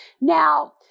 Now